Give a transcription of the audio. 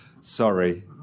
sorry